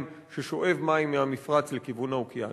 ששואב מים מהמפרץ לכיוון האוקיינוס.